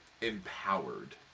empowered